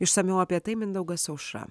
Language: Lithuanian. išsamiau apie tai mindaugas aušra